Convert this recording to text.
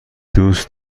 دوست